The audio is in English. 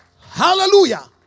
Hallelujah